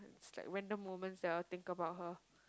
it's like when the moment's here I'll think about her